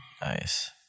Nice